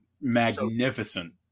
magnificent